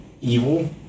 Evil